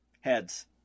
Heads